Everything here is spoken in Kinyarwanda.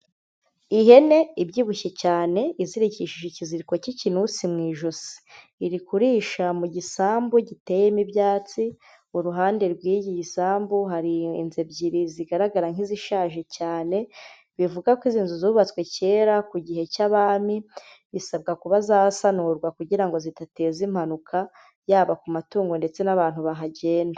Ihene ibyibushye cyane izirikishije ikiziriko cy'ikinusi mu ijosi. Iri kurisha mu gisambu giteyemo ibyatsi. Uruhande rw'iki gisambu hariyo inzu ebyiri zigaragara nk'izishaje cyane bivugwa ko izi nzu zubatswe kera ku gihe cy'abami. Zisabwa kuba zasanurwa kugira ngo zidateza impanuka yaba ku matungo ndetse n'abantu bahagenda.